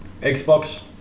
Xbox